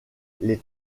les